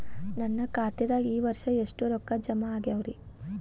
ನನ್ನ ಖಾತೆದಾಗ ಈ ವರ್ಷ ಎಷ್ಟು ರೊಕ್ಕ ಜಮಾ ಆಗ್ಯಾವರಿ?